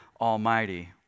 Almighty